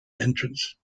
entrance